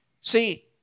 See